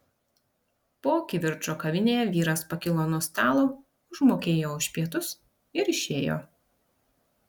po kivirčo kavinėje vyras pakilo nuo stalo užmokėjo už pietus ir išėjo